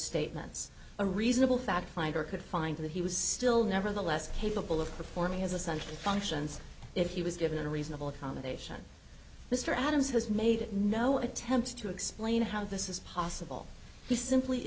statements a reasonable fact finder could find that he was still nevertheless capable of performing his essential functions if he was given a reasonable accommodation mr adams has made no attempt to explain how this is possible he simply